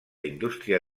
indústria